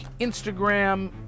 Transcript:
Instagram